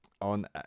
on